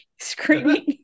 screaming